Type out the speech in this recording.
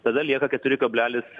tada lieka keturi kablelis